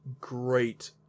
great